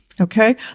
okay